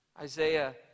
Isaiah